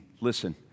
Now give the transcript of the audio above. listen